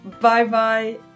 Bye-bye